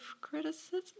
criticism